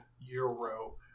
euro